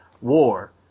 War